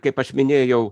kaip aš minėjau